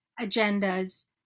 agendas